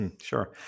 Sure